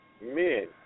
Men